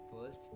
First